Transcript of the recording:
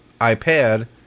iPad